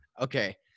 Okay